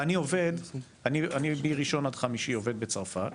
ואני מראשון עד חמישי עובד בצרפת,